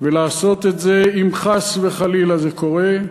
ולעשות את זה, אם חס וחלילה זה קורה,